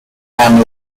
and